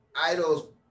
idols